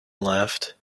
laughed